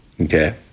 Okay